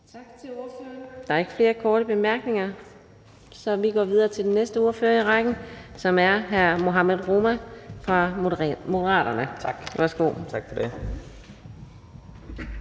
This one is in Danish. Tak til ordføreren. Der er ikke flere korte bemærkninger, så vi går videre til næste ordfører i rækken, som er hr. Mohammad Rona fra Moderaterne. Værsgo. Kl.